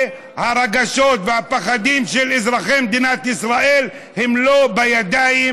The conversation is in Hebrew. והרגשות והפחדים של אזרחי מדינת ישראל הם לא בידיים